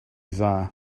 dda